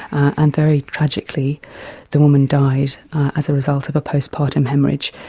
and very tragically the woman died as a result of a postpartum haemorrhage,